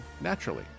naturally